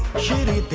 should i